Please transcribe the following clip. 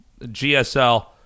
GSL